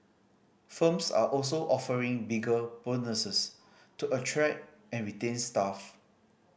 firms are also offering bigger bonuses to attract and retain staff